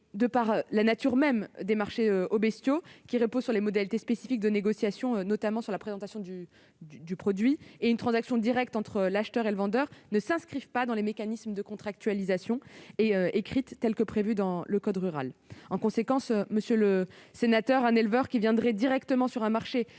De par leur nature même, les marchés aux bestiaux, qui reposent sur des modalités spécifiques de négociation impliquant notamment une présentation des produits et une transaction directe entre acheteur et vendeur, ne s'inscrivent pas dans le mécanisme de contractualisation écrite, tel qu'il est prévu dans le code rural et de la pêche maritime. En conséquence, un éleveur qui vendrait directement sur un marché